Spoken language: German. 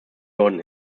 worden